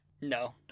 No